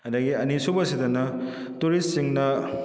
ꯑꯗꯒꯤ ꯑꯅꯤ ꯁꯨꯕꯁꯤꯗꯅ ꯇꯨꯔꯤꯁ ꯁꯤꯡꯅ